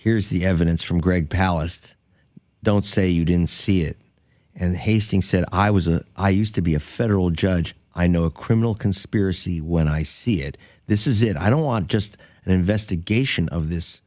here's the evidence from greg palast don't say you didn't see it and hastings said i was a i used to be a federal judge i know a criminal conspiracy when i see it this is it i don't want just an investigation of this